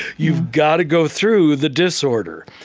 you've got to go through the disorder.